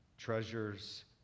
treasures